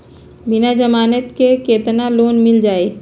बिना जमानत के केतना लोन मिल जाइ?